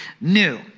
new